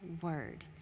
word